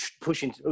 pushing